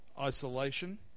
isolation